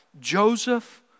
Joseph